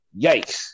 Yikes